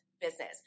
business